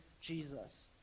Jesus